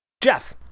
Jeff